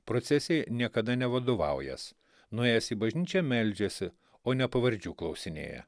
procesijai niekada nevadovaująs nuėjęs į bažnyčią meldžiasi o ne pavardžių klausinėja